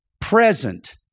present